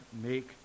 make